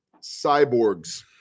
cyborgs